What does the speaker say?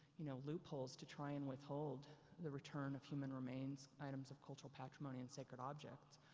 you know, loopholes to try and withhold the return of human remains, items of cultural patrimony and sacred objects.